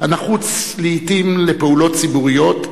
הנחוץ לעתים לפעולות ציבוריות,